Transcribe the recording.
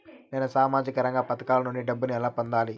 నేను సామాజిక రంగ పథకాల నుండి డబ్బుని ఎలా పొందాలి?